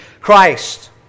Christ